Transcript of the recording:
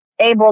able